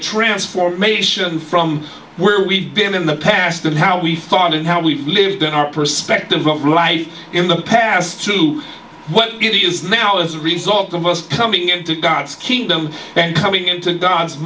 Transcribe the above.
transform asian from where we been in the past and how we thought and how we've lived in our perspective what life in the past to what it is now as a result of us coming into god's kingdom and coming into god's